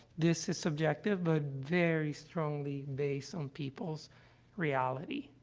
this is subjective but very strongly based on people's reality.